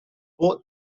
bought